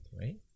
right